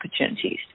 opportunities